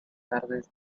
tardes